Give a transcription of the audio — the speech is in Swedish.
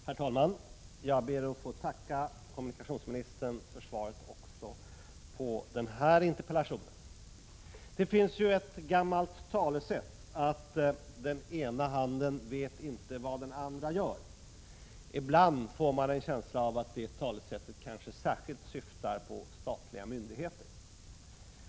Herr talman! Jag ber att få tacka kommunikationsministern för svaret också på denna interpellation. Det finns ett gammalt talesätt att den ena handen inte vet vad den andra gör. Ibland får man en känsla av att det talesättet kanske särskilt syftar på statliga myndigheter.